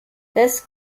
das